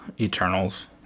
eternals